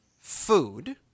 food